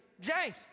James